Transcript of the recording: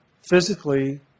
physically